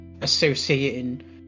associating